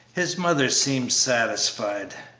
his mother seemed satisfied.